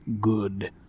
good